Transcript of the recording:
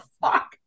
fuck